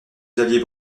xavier